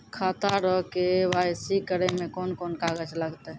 खाता रो के.वाइ.सी करै मे कोन कोन कागज लागतै?